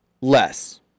Less